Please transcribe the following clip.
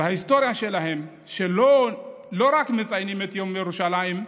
ההיסטוריה שלהם היא שלא רק מציינים את יום ירושלים,